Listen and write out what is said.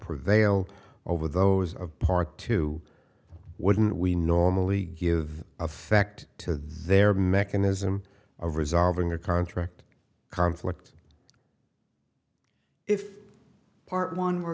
prevail over those of part two wouldn't we normally give effect to their mechanism of resolving a contract conflict if part one were